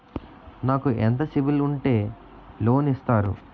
నాకు ఎంత సిబిఐఎల్ ఉంటే లోన్ ఇస్తారు?